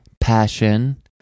passion